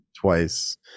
Twice